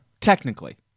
Technically